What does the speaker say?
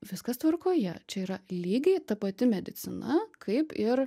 viskas tvarkoje čia yra lygiai ta pati medicina kaip ir